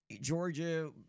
Georgia